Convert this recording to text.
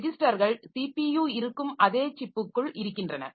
ரெஜிஸ்டர்கள் ஸிபியு இருக்கும் அதே சிப்புக்குள் இருக்கின்றன